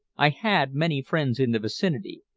i had many friends in the vicinity,